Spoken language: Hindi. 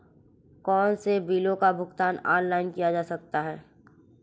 कौनसे बिलों का भुगतान ऑनलाइन किया जा सकता है?